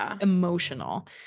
emotional